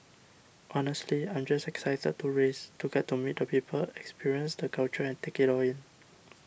honestly I'm just excited to race to get to meet the people experience the culture and take it all in